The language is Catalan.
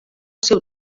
seu